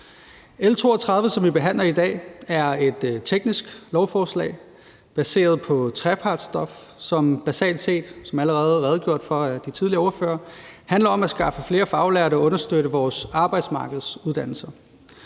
L 32, som vi behandler i dag, er et teknisk lovforslag baseret på trepartsstof, som basalt set – som der allerede er redegjort for af de tidligere ordførere – handler om at skaffe flere faglærte og understøtte vores arbejdsmarkedsuddannelser.